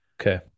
Okay